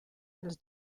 dels